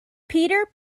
peter